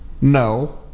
No